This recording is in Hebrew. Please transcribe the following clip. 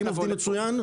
הם עובדים מצוין.